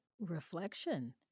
reflection